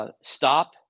Stop